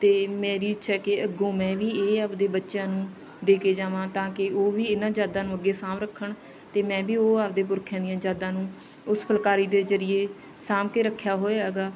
ਅਤੇ ਮੇਰੀ ਇੱਛਾ ਕਿ ਅੱਗੋਂ ਮੈਂ ਵੀ ਇਹ ਆਪਦੇ ਬੱਚਿਆਂ ਨੂੰ ਦੇ ਕੇ ਜਾਵਾਂ ਤਾਂ ਕਿ ਉਹ ਵੀ ਇਹਨਾਂ ਯਾਦਾਂ ਨੂੰ ਅੱਗੇ ਸਾਂਭ ਰੱਖਣ ਅਤੇ ਮੈਂ ਵੀ ਉਹ ਆਪਦੇ ਪੁਰਖਿਆਂ ਦੀਆਂ ਯਾਦਾਂ ਨੂੰ ਉਸ ਫੁਲਕਾਰੀ ਦੇ ਜਰੀਏ ਸਾਂਭ ਕੇ ਰੱਖਿਆ ਹੋਇਆ ਗਾ